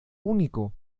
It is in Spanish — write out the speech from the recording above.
único